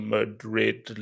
Madrid